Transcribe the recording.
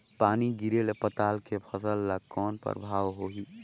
पानी गिरे ले पताल के फसल ल कौन प्रभाव होही?